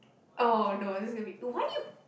oh no that's going to be why you